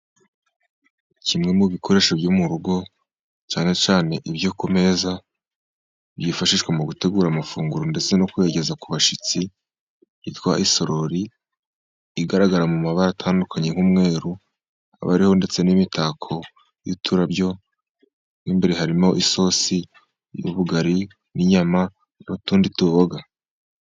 Kimwe mu bikoresho byo mu rugo ,cyane cyane ibyo ku meza byifashishwa mu gutegura amafunguro , ndetse no kugeza ku bashyitsi yitwa i isorori. Igaragara mu mabara atandukanye nk'umweru, abariho ndetse n'imitako y'uturabyo, mo imbere harimo isosi y'ubugari n'inyama n'utundi tuboga.